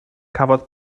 cafodd